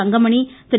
தங்கமணி கிரு